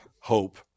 hope